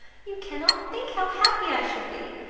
you cannot think how happy i shall be!